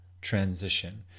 transition